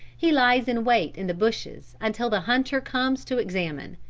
he lies in wait in the bushes until the hunter comes to examine.